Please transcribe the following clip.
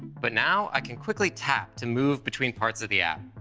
but now i can quickly tap to move between parts of the app.